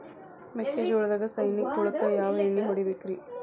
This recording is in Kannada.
ಮೆಕ್ಕಿಜೋಳದಾಗ ಸೈನಿಕ ಹುಳಕ್ಕ ಯಾವ ಎಣ್ಣಿ ಹೊಡಿಬೇಕ್ರೇ?